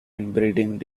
inbreeding